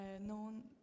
known